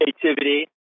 creativity